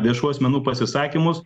viešų asmenų pasisakymus